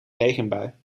regenbui